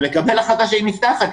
לקבל החלטה שהיא נפתחת,